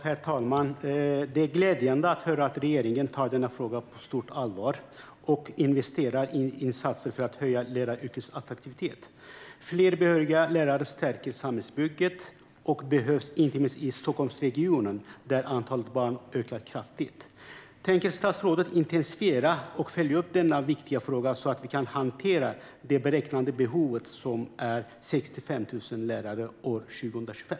Herr talman! Det är glädjande att höra att regeringen tar denna fråga på stort allvar och gör insatser för att öka läraryrkets attraktivitet. Fler behöriga lärare stärker samhällsbygget. De behövs inte minst i Stockholmsregionen där antalet barn ökar kraftigt. Tänker statsrådet intensifiera arbetet och följa upp denna viktiga fråga så att vi kan hantera det beräknade behovet, som är 65 000 lärare år 2025?